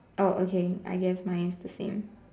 oh okay I guess mine is the same